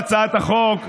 להצעת החוק,